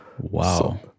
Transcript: Wow